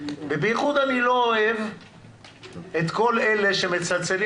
ובייחוד אני לא אוהב את כל אלה שמצלצלים